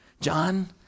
John